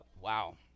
wow